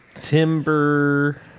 timber